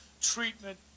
treatment